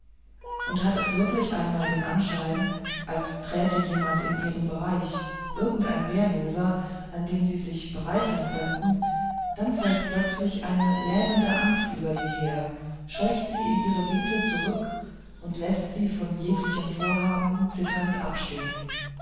und hat es wirklich einmal den anschein als träte jemand in ihren bereich irgendein wehrloser an dem sie sich bereichern könnten dann fällt plötzlich eine lähmende angst über sie her scheucht sie in ihre winkel zurück und läßt sie von jeglichem vorhaben zitternd abstehen